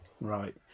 Right